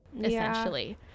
essentially